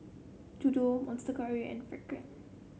Dodo Monster Curry and Frixion